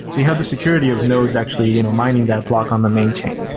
you have the security of nodes actually you know mining that block on the main chain.